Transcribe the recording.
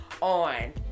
on